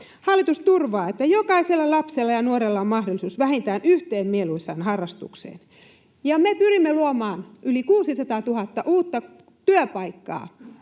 Hallitus turvaa, että jokaisella lapsella ja nuorella on mahdollisuus vähintään yhteen mieluisaan harrastukseen. Ja me pyrimme luomaan yli 600 000 uutta työpaikkaa